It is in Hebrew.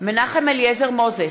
מנחם אליעזר מוזס,